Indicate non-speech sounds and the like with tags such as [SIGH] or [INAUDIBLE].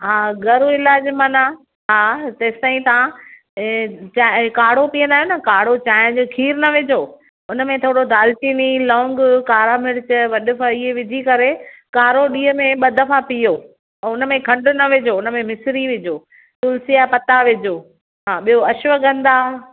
हा अगरि इलाजु माना हा तेसि ताईं तव्हां इहे चांहि काड़ो पीअंदा आयो न काड़ो चांहि जे खीरु न विझो हुन में थोरो दाल चीनी लौंग कारा मिर्च [UNINTELLIGIBLE] विझी करे काड़ो ॾींहं में ॿ दफ़ा पियो ऐं हुन में खंड न विझो हुन में मिस्री विझो तुलसी जा पना विझो हा ॿियो अश्वगंधा